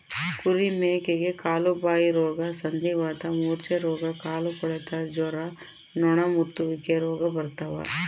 ಕುರಿ ಮೇಕೆಗೆ ಕಾಲುಬಾಯಿರೋಗ ಸಂಧಿವಾತ ಮೂರ್ಛೆರೋಗ ಕಾಲುಕೊಳೆತ ಜ್ವರ ನೊಣಮುತ್ತುವಿಕೆ ರೋಗ ಬರ್ತಾವ